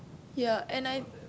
ya and I